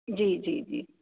ਜੀ ਜੀ ਜੀ